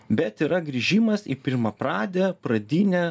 bet yra grįžimas į pirmapradę pradinę